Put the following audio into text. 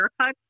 haircuts